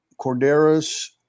Corderas